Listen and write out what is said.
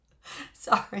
Sorry